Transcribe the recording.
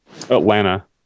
Atlanta